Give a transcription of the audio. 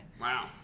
Wow